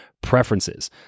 preferences